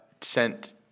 sent